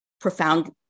profound